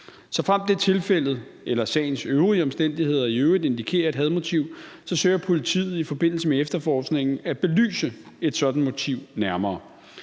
Såfremt det er tilfældet eller sagens øvrige omstændigheder indikerer et hadmotiv, søger politiet i forbindelse med efterforskningen at belyse et sådant motiv nærmere.